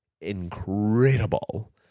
incredible